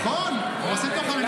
נכון, הוא עושה תוכן.